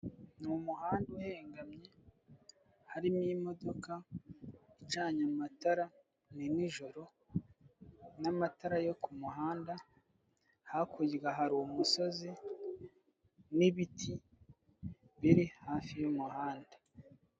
Ni umuhanda uhengamye harimo imodoka icanye amatara, ni nijoro n'amatara yo ku muhanda, hakurya hari umusozi n'ibiti biri hafi y'umuhanda.